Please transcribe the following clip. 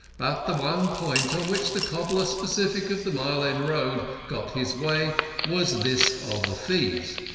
but the one point on which the cobbler-sceptic of the mile end road got his way was this of the fees.